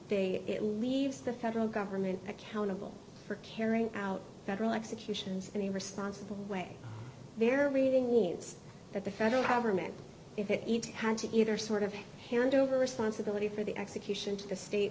d it leaves the federal government accountable for care out federal executions any responsible way they're reading means that the federal government if it had to either sort of hand over responsibility for the execution to the state